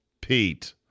Pete